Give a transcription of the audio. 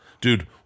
Dude